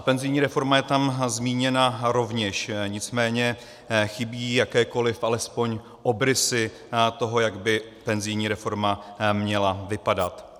Penzijní reforma je tam zmíněna rovněž, nicméně chybí jí jakékoliv alespoň obrysy toho, jak by penzijní reforma měla vypadat.